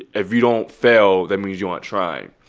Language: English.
if you don't fail, that means you aren't trying.